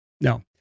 No